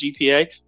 GPA